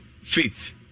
faith